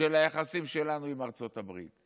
של היחסים שלנו עם ארצות הברית.